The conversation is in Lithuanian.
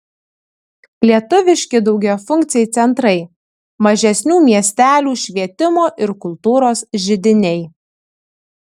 lietuviški daugiafunkciai centrai mažesnių miestelių švietimo ir kultūros židiniai